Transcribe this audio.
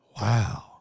Wow